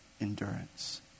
endurance